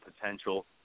potential